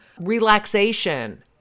relaxation